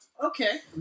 Okay